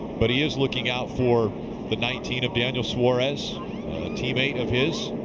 but he is looking out for the nineteen of daniel suarez, a teammate of his.